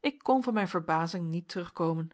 ik kon van mijn verbazing niet terugkomen